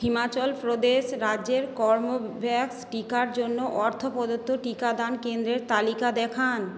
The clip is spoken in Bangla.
হিমাচলপ্রদেশ রাজ্যের কর্বেভ্যাক্স টিকার জন্য অর্থ প্রদত্ত টিকাদান কেন্দ্রের তালিকা দেখান